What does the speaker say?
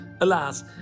Alas